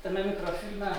tame mikrofilme